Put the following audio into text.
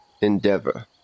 endeavor